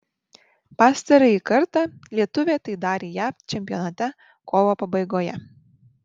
pastarąjį kartą lietuvė tai darė jav čempionate kovo pabaigoje